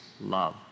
love